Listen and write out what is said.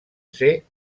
ser